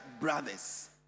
brothers